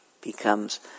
becomes